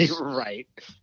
Right